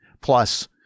Plus